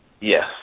Yes